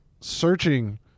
searching